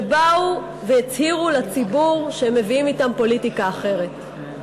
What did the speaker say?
שבאו והצהירו לפני הציבור שהם מביאים אתם פוליטיקה אחרת.